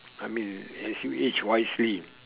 I mean as you age wisely